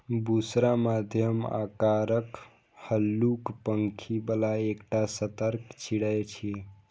बुशरा मध्यम आकारक, हल्लुक पांखि बला एकटा सतर्क चिड़ै छियै